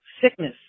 sickness